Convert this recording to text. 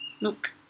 Look